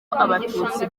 abatutsi